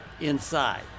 inside